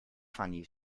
fanny